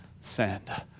send